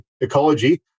ecology